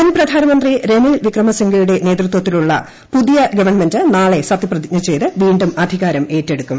മുൻപ്രധാനമന്ത്രി റെനിൽ വിക്രംസിൻഗെയുടെ നേതൃത്വത്തിലുള്ള പുതിയ ഗവൺമെന്റ് നാളെ സത്യപ്രതിജ്ഞ ചെയ്ത് വീണ്ടും അധികാരം ഏറ്റെടുക്കും